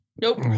Nope